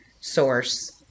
source